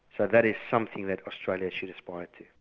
so that is something that australia should aspire to.